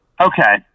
Okay